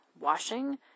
washing